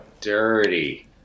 dirty